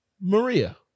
Maria